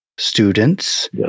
Students